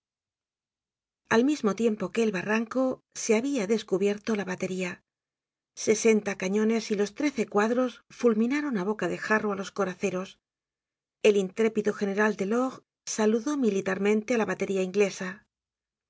al mismo tiempo que el barranco se habia descubierto la batería sesenta cañones y los trece cuadros fulminaron á boca de jarro á los coraceros el intrépido general dclord saludó militarmente á la batería inglesa